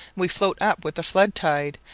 we float up with the flood tide,